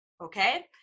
okay